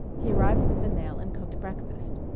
he arrived with the mail and cooked breakfast.